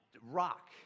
rock